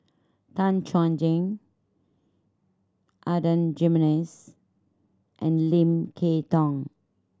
Tan Chuan Jin Adan Jimenez and Lim Kay Tong